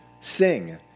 sing